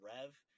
Rev